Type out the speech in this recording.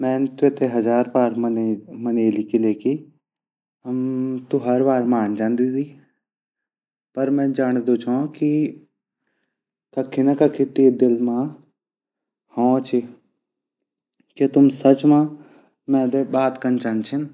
मैन त्वेते हज़ार बार मनेली किलेकी, तू हर बार मान जांडदी पर मैं जाड़दू छौ की कखि ना कखि ते दिल मा हाँ ची क्या तुम सच मा मैं दे बात कन चंदा छिन।